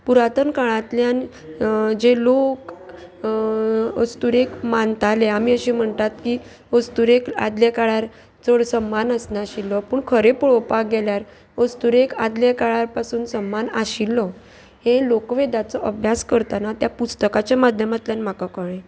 पुरातन काळांतल्यान जे लोक वस्तुरेक मानताले आमी अशें म्हणटात की अस्तुरेक आदल्या काळार चड सम्मान आसनाशिल्लो पूण खरें पळोवपाक गेल्यार वस्तुरेक आदल्या काळार पासून सम्मान आशिल्लो हे लोकवेदाचो अभ्यास करतना त्या पुस्तकाच्या माध्यमांतल्यान म्हाका कळ्ळें